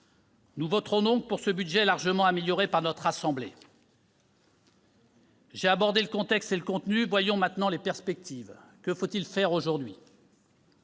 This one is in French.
Nous voterons donc pour ce budget largement amélioré par notre assemblée. J'ai abordé le contexte et le contenu, voyons maintenant les perspectives. Que faut-il faire aujourd'hui ?